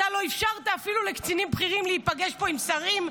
אתה לא אפשרת אפילו לקצינים בכירים להיפגש פה עם שרים,